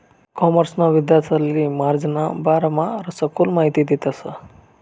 कॉमर्सना विद्यार्थांसले मार्जिनना बारामा सखोल माहिती देतस